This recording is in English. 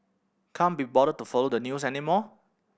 can't be bothered to follow the news anymore